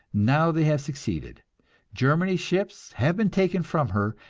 now they have succeeded germany's ships have been taken from her,